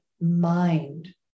mind